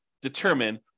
determine